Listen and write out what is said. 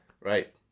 Right